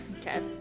Okay